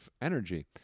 energy